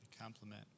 Compliment